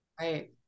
Right